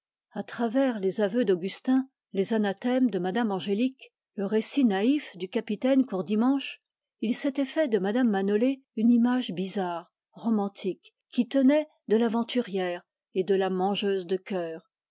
à travers les aveux d'augustin les anathèmes de mme angélique le récit naïf du capitaine courdimanche il s'était fait de mme manolé une image romantique qui tenait de l'aventurière et de la mangeuse de cœurs